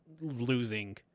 losing